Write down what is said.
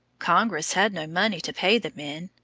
congress had no money to pay the men,